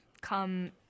come